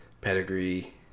pedigree